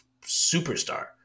superstar